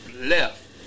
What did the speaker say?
left